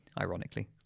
ironically